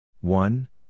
one